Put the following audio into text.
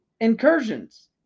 Incursions